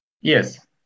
Yes